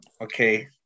Okay